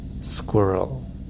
squirrel